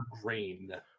grain